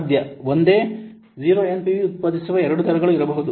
ಒಂದೇ 0 ಎನ್ಪಿವಿ ಉತ್ಪಾದಿಸುವ ಎರಡು ದರಗಳು ಇರಬಹುದು